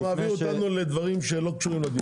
אתה מעביר אותנו לדברים שלא קשורים לדיון.